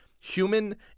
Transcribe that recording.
Human